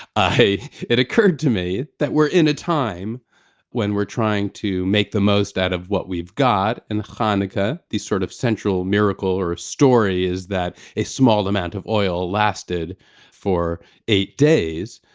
ah it occurred to me that we're in a time when we're trying to make the most out of what we've got. in hanukkah, the sort of central miracle or a story is that a small amount of oil lasted for eight days.